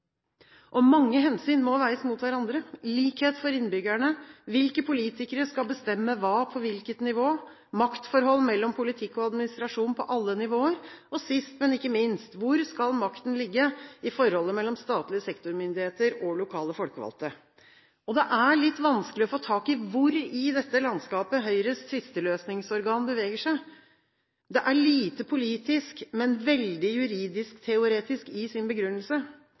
og samspill. Mange hensyn må veies mot hverandre – likhet for innbyggerne, hvilke politikere skal bestemme hva, og på hvilket nivå, maktforhold mellom politikk og administrasjon på alle nivåer, og sist, men ikke minst: Hvor skal makten ligge i forholdet mellom statlige sektormyndigheter og lokale folkevalgte? Det er litt vanskelig å få tak i hvor i dette landskapet Høyres tvisteløsningsorgan beveger seg. Det er lite politisk, men veldig juridisk-teoretisk i sin begrunnelse.